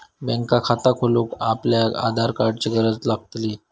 bank खाता खोलूक आपल्याक आधार कार्डाची गरज लागतली